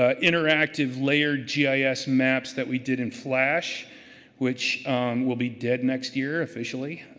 ah interactive layer gis maps that we did in flash which will be dead next year officially,